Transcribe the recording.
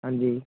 ਹਾਂਜੀ